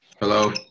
Hello